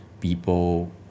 people